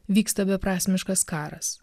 vyksta beprasmiškas karas